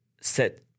set